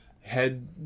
head